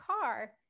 car